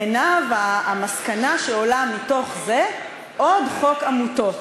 בעיניו, המסקנה שעולה מתוך זה: עוד חוק עמותות